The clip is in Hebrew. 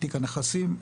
תיק הנכסים,